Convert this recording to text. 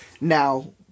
Now